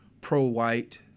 pro-white